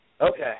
okay